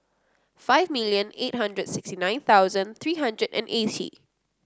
five million eight hundred sixty nine thousand three hundred and eighty